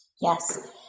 Yes